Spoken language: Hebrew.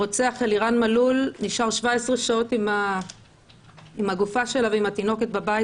הרוצח אלירן מלול נשאר 17 שעות עם הגופה שלה ועם התינוקת בבית